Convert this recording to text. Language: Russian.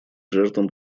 жертвам